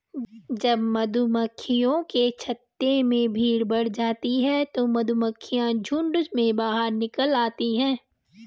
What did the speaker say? जब मधुमक्खियों के छत्ते में भीड़ बढ़ जाती है तो मधुमक्खियां झुंड में बाहर निकल आती हैं